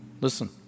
listen